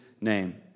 name